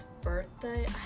birthday